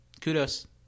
Kudos